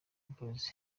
boyz